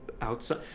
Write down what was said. outside